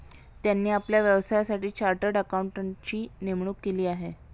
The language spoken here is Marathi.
त्यांनी आपल्या व्यवसायासाठी चार्टर्ड अकाउंटंटची नेमणूक केली आहे